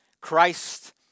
Christ